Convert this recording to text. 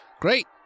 Great